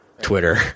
Twitter